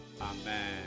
Amen